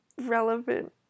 relevant